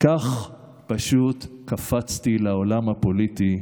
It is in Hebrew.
כך פשוט קפצתי לעולם הפוליטי,